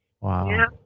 Wow